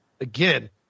again